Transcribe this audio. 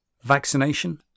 Vaccination